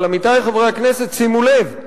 אבל, עמיתי חברי הכנסת, שימו לב,